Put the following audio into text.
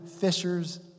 fishers